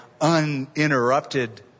uninterrupted